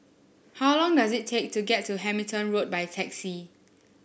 how long does it take to get to Hamilton Road by taxi